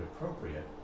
appropriate